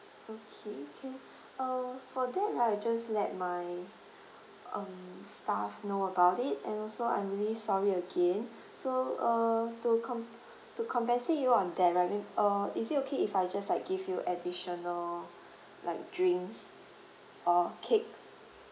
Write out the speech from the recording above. okay can uh for that right I just let my um staff know about it and also I'm really sorry again so uh to comp~ to compensate you on that right may~ uh is it okay if I just like give you additional like drinks or cake